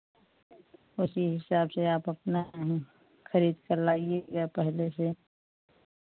उसी हिसाब से आप अपना रंग खरीद कर लाइएगा पहले से